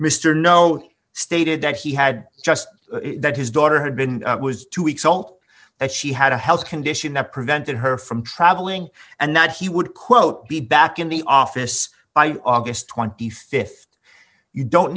mr know stated that he had just that his daughter had been was two weeks ult that she had a health condition that prevented her from traveling and that he would quote be back in the office by august th you don't